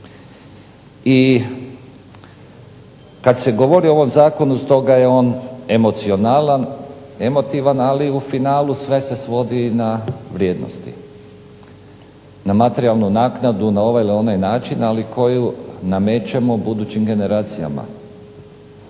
I kad se govori o ovom zakonu stoga je on emocionalan, emotivan, ali u finalu sve se svodi na vrijednosti, na materijalnu naknadu, na ovaj ili onaj način, ali koju namećemo budućim generacijama